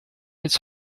its